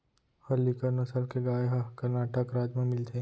हल्लीकर नसल के गाय ह करनाटक राज म मिलथे